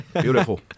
Beautiful